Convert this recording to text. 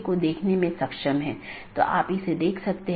दोनों संभव राउटर का विज्ञापन करते हैं और infeasible राउटर को वापस लेते हैं